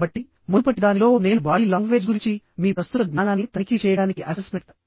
కాబట్టి మునుపటి దానిలో నేను బాడీ లాంగ్వేజ్ గురించి మీ ప్రస్తుత జ్ఞానాన్ని తనిఖీ చేయడానికి అసెస్మెంట్ యాక్టివిటీని